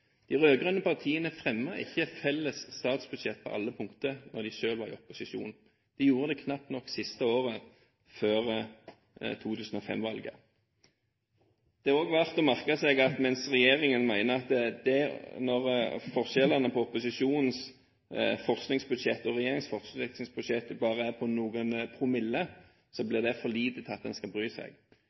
De rød-grønne partiene fremmet ikke et felles statsbudsjett på alle punkter da de selv var i opposisjon. De gjorde det knapt nok det siste året før 2005-valget. Det er også verdt å merke seg at når forskjellen på opposisjonens forskningsbudsjett og regjeringens forskningsbudsjett bare er på noen promille, blir det for lite til at en skal bry seg.